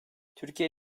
türkiye